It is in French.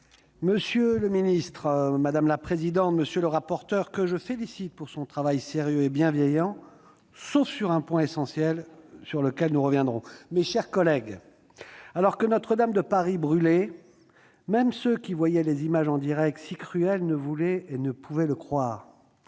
monsieur le ministre, monsieur le rapporteur- je vous félicite pour votre travail sérieux et bienveillant, sauf sur un point essentiel, sur lequel nous reviendrons -, mes chers collègues, alors que Notre-Dame de Paris brûlait, même ceux qui voyaient les images en direct, si cruelles, ne voulaient et ne pouvaient y croire.